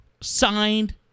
signed